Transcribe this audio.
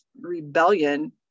rebellion